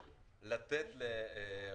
אני גם אומר לחברים מן הליכוד להיזהר כשהם תוקפים,